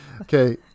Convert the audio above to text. Okay